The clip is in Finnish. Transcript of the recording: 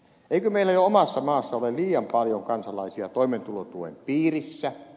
eikö meillä jo omassa maassa ole liian paljon kansalaisia toimeentulotuen piirissä